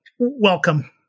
Welcome